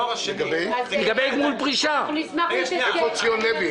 איפה זה עומד?